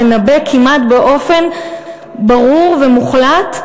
לנבא כמעט באופן ברור ומוחלט,